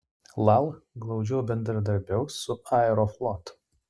lal glaudžiau bendradarbiaus su aeroflot